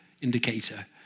indicator